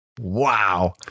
wow